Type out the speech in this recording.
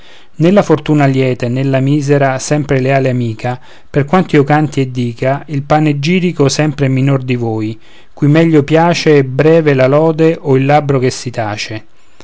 nella fortuna lieta e nella misera sempre leale amica per quanto io canti e dica il panegirico sempre è minor di voi cui meglio piace breve la lode o il labbro che si tace